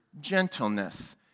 gentleness